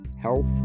Health